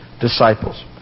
disciples